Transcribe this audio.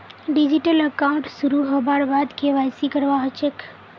digital account शुरू हबार बाद के.वाई.सी करवा ह छेक